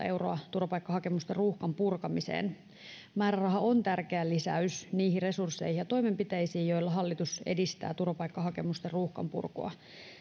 euroa turvapaikkahakemusten ruuhkan purkamiseen määräraha on tärkeä lisäys niihin resursseihin ja toimenpiteisiin joilla hallitus edistää turvapaikkahakemusten ruuhkan purkua